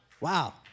Wow